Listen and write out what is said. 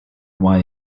why